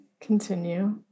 continue